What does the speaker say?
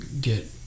get